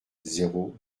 zéro